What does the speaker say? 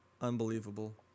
unbelievable